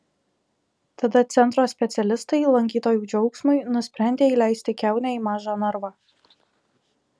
tada centro specialistai lankytojų džiaugsmui nusprendė įleisti kiaunę į mažą narvą